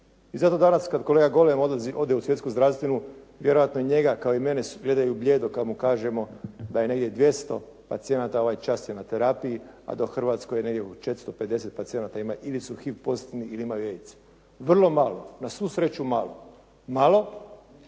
I zato danas kad kolega Golem ode u Svjetsku zdravstvenu vjerojatno njega kao i mene gledaju blijedo kad mu kažemo da je negdje 200 pacijenata ovaj čas je na terapiji, a dok u Hrvatskoj negdje oko 450 pacijenata ima ili su HIV pozitivni ili imaju AIDS. Vrlo malo, na svu sreću malo, malo